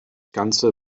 ganze